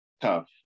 tough